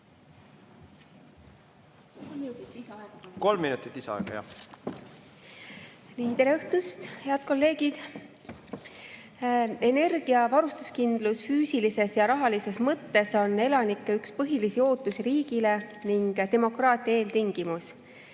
Kolm minutit lisaaega. Tere õhtust, head kolleegid! Energiavarustuskindlus füüsilises ja rahalises mõttes on üks põhilisi elanike ootusi riigile ning demokraatia eeltingimus.